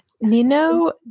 Nino